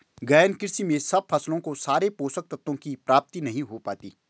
गहन कृषि में सब फसलों को सारे पोषक तत्वों की प्राप्ति नहीं हो पाती